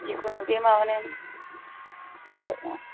जिखुनु बे माबानायानो जाबाय ना